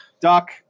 Duck